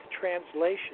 translation